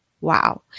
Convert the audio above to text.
Wow